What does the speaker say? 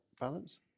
balance